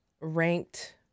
Ranked